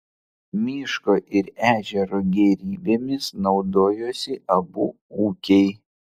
miško ir ežero gėrybėmis naudojosi abu ūkiai